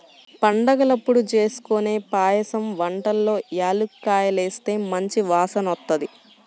పండగలప్పుడు జేస్కొనే పాయసం వంటల్లో యాలుక్కాయాలేస్తే మంచి వాసనొత్తది